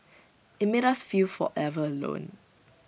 IT made us feel forever alone